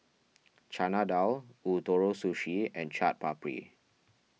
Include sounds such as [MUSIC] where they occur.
[NOISE] Chana Dal Ootoro Sushi and Chaat Papri